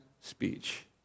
speech